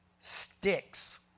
Sticks